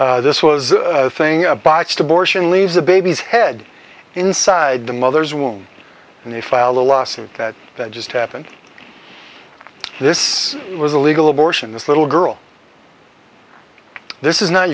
kidding this was a thing a botched abortion leaves a baby's head inside the mother's womb and they file a lawsuit that that just happened this was a legal abortion this little girl this is not